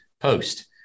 post